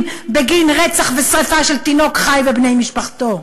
בגין רצח ושרפה של תינוק חי ובני משפחתו.